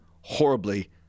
horribly